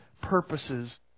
purposes